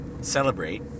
celebrate